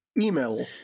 email